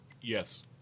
yes